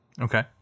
Okay